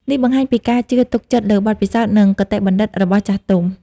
នេះបង្ហាញពីការជឿទុកចិត្តលើបទពិសោធន៍ និងគតិបណ្ឌិតរបស់ចាស់ទុំ។